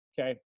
okay